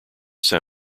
san